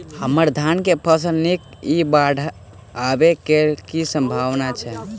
हम्मर धान केँ फसल नीक इ बाढ़ आबै कऽ की सम्भावना छै?